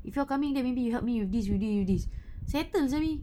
if you all coming then maybe you help me with this with this with settle macam ni